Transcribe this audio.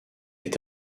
est